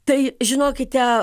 tai žinokite